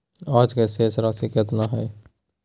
आज के शेष राशि केतना हइ?